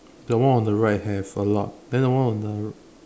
the one on the right have a lot then the one on the